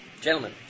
gentlemen